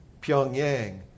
Pyongyang